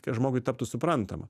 kad žmogui taptų suprantama